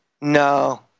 No